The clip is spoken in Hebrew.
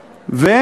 הבוחרים.